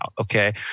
okay